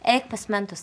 eik pas mentus